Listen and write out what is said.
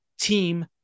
team